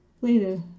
Later